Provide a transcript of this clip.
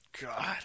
God